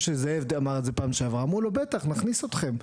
שזאב אמר את זה בפעם שעברה הייתה בטח נכניס אתכם,